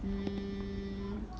mm